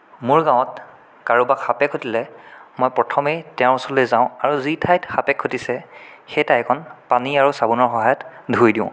মোৰ গাঁৱত কাৰোবাক সাপে খুঁটিলে মই প্ৰথমেই তেওঁৰ ওচৰলৈ যাওঁ আৰু যি ঠাইত সাপে খুটিছে সেই ঠাইকণ পানী আৰু চাবোনৰ সহায়ত ধুই দিওঁ